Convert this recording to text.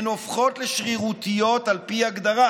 הן הופכות לשרירותיות על פי הגדרה,